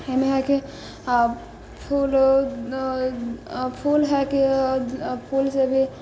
एहिमे है कि आब फूल फूल है की फूल सब भी